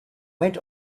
went